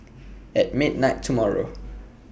At midnight tomorrow